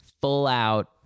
full-out